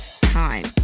time